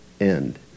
end